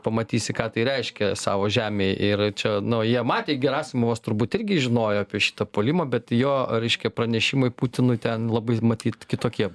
pamatysi ką tai reiškia savo žemėj ir čia nu jie matė gerasimovas turbūt irgi žinojo apie šitą puolimą bet jo reiškia pranešimai putinui ten labai matyt kitokie